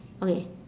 okay